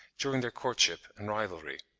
during their courtship and rivalry.